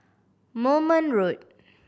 Moulmein Road